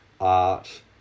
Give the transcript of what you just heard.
art